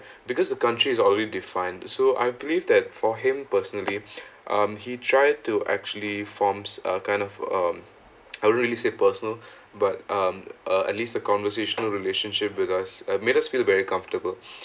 because the country is always defined so I believe that for him personally um he tried to actually forms a kind of um I really say personal but um uh at least the conversational relationship with us uh made us feel very comfortable